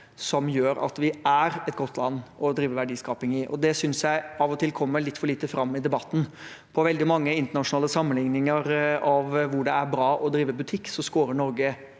som gjør at vi er et godt land å drive verdiskaping i. Det synes jeg av og til kommer litt for lite fram i debatten. På veldig mange internasjonale sammenlikninger om hvor det er bra å drive butikk, skårer Norge